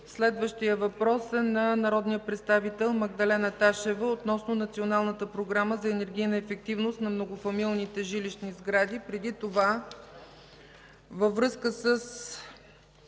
Следващият въпрос е на народния представител Магдалена Ташева относно Националната програма за енергийна ефективност на многофамилни жилищни сгради. Преди това – във връзка с